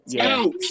out